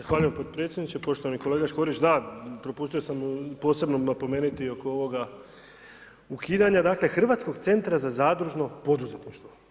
Zahvaljujem podpredsjedniče, poštovani kolega Škorić, da propustio sam posebno napomeniti oko ovoga ukidanja dakle, Hrvatskog centra za zadružno poduzetništvo.